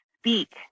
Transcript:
speak